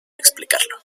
explicarlo